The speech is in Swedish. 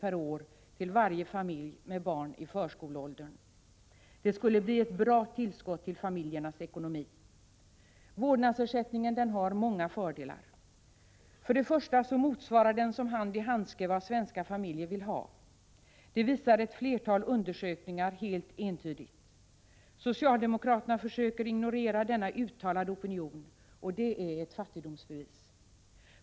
per år till varje familj med barn i förskoleåldern. Det skulle bli ett bra tillskott till familjernas ekonomi. Vårdnadsersättningen har många fördelar: För det första motsvarar vårdnadsersättningen som hand i handske vad svenska familjer vill ha. Detta visar ett flertal undersökningar helt entydigt. Socialdemokraterna försöker ignorera denna uttalade opinion, och det är ett fattigdomsbevis.